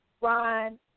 Ron